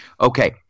Okay